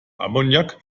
ammoniak